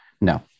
no